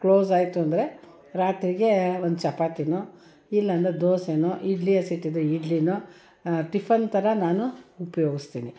ಕ್ಲೋಝಾಯಿತು ಅಂದರೆ ರಾತ್ರಿಗೆ ಒಂದು ಚಪಾತಿಯೋ ಇಲ್ಲ ಅಂದ್ರೆ ದೋಸೆನೊ ಇಡ್ಲಿ ಎ ಸಿ ಟಿದು ಇಡ್ಲಿನೊ ಟಿಫನ್ ಥರ ನಾನು ಉಪಯೋಗಿಸ್ತೀನಿ